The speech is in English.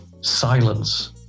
silence